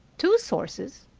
two sources?